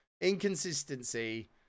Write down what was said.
Inconsistency